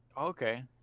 Okay